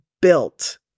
built